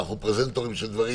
אנחנו פרזנטורים של דברים